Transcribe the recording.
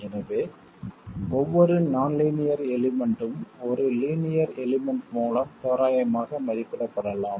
எனவே ஒவ்வொரு நான் லீனியர் எலிமெண்ட்டும் ஒரு லீனியர் எலிமெண்ட் மூலம் தோராயமாக மதிப்பிடப்படலாம்